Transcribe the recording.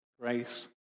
grace